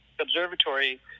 Observatory